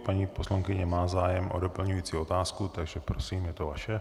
Paní poslankyně má zájem o doplňující otázku, takže prosím, je to vaše.